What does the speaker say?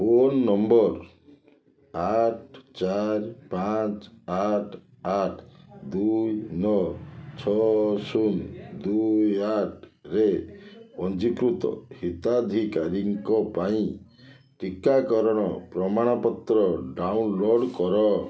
phone number ଆଠ ଚାରି ପାଞ୍ଚ ଆଠ ଆଠ ଦୁଇ ନଅ ଛଅ ଶୂନ ଦୁଇ ଆଠ ରେ ପଞ୍ଜୀକୃତ ହିତାଧିକାରୀଙ୍କ ପାଇଁ ଟିକାକରଣ ପ୍ରମାଣପତ୍ର ଡାଉନ୍ଲୋଡ଼୍ କର